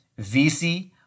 VC